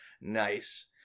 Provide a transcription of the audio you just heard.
nice